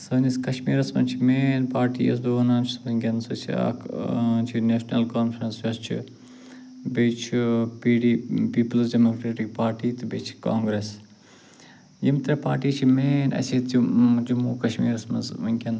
سٲنِس کشمیٖرس منٛز چھِ مین پارٹی یۅس بہٕ ونان چھُس وُنکٮ۪نس سُہ چھُ اکھ چھُ نیشنل کانفرنس یۄس چھِ بییٚہِ چھُ P D Peoples Democratic Party تہٕ بییٚہِ چھِ کانگریس یِم ترٛےٚ پارٹی چھِ مین اَسہِ ییٚتچہِ جموں کشمیٖرس منٛز وُنکٮ۪ن